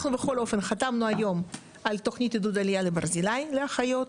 בכל אופן חתמנו היום על תוכנית עידוד עלייה לברזילאי לאחיות,